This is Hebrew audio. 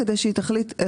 כדי שהיא תחליט.